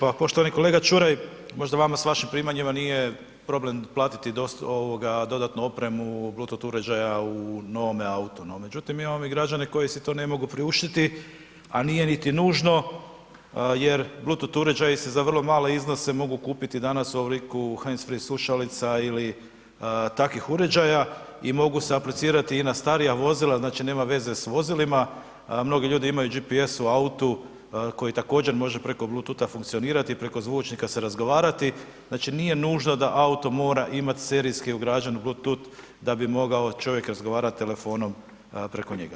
Pa poštovani kolega Čuraj, možda vama s vašim primanjima nije problem platiti dodatnu opremu u Bleutooth uređaja u novom autu, no međutim mi imamo ovdje građane koji si to ne mogu priuštiti, a nije niti nužno jer Bleutooth uređaji se za vrlo male iznose mogu kupiti danas u obliku heinz free slušalica ili takvih uređaja i mogu se aplicirati i na starija vozila, znači nema veze s vozilima, mnogi ljudi imaju GPS u autu koji također može preko Bleutootha funkcionirati i preko zvučnika se razgovarati, znači nije nužno da auto mora imat serijski ugrađen Bleutooth da bi mogao čovjek razgovarat telefonom preko njega.